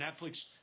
Netflix